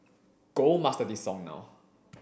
go master this song now